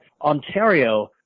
Ontario